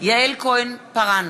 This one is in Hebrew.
יעל כהן-פארן,